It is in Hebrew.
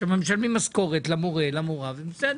שם משלמים משכורת למורֶה או למורָה ובסדר,